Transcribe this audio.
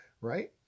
right